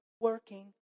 working